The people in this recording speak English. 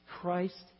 Christ